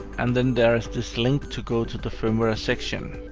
and then there's this link to go to the firmware ah section,